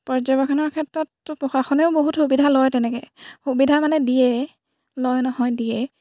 পৰ্যবেক্ষণৰ ক্ষেত্ৰত প্ৰশাসনেও বহুত সুবিধা লয় তেনেকৈ সুবিধা মানে দিয়ে লয় নহয় দিয়ে